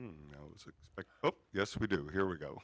oh yes we do here we go